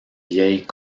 vieilles